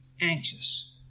anxious